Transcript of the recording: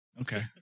okay